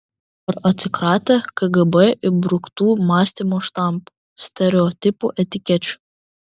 ar atsikratę kgb įbruktų mąstymo štampų stereotipų etikečių